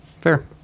Fair